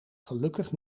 gelukkig